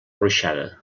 ruixada